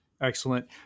Excellent